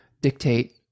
dictate